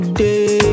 day